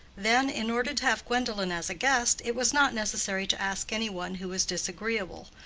then, in order to have gwendolen as a guest, it was not necessary to ask any one who was disagreeable,